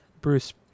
Bruce